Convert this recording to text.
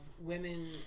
women